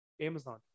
Amazon